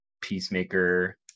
Peacemaker